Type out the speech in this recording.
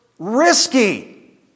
Risky